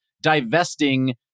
divesting